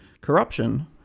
corruption